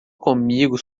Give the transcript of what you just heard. comigo